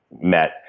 met